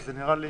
כי נראה לי